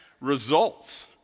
results